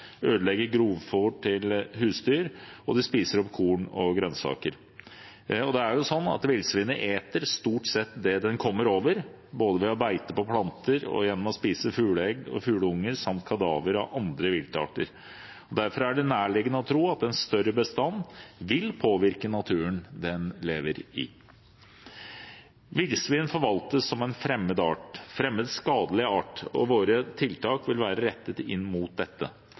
til husdyr og spiser opp korn og grønnsaker. Villsvin eter stort sett det de kommer over, de beiter på planter, og de spiser fugleegg og fugleunger samt kadaver av andre viltarter. Derfor er det nærliggende å tro at en større bestand vil påvirke naturen den lever i. Villsvin forvaltes som en fremmed, skadelig art, og våre tiltak vil være rettet inn mot dette.